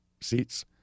seats